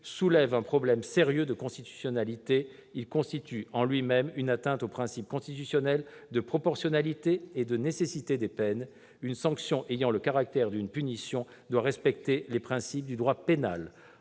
soulève un problème sérieux de constitutionnalité. Il constitue en lui-même une atteinte aux principes constitutionnels de proportionnalité et de nécessité des peines. Une sanction ayant le caractère d'une punition doit respecter les principes du droit pénal.